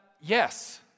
Yes